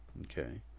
Okay